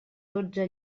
dotze